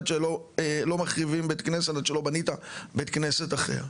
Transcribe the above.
לא מחריבים בית כנסת עד שלא בנית בית כנסת אחר.